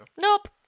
Nope